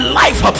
life